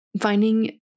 finding